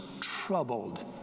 troubled